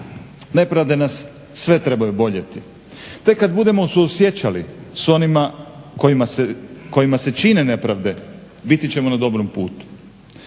Nepravde nas sve trebaju boljeti. Tek kad budemo suosjećali s onima kojima se čine nepravde biti ćemo na dobrom putu.